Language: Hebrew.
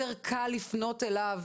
יותר קל לפנות אליו,